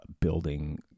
building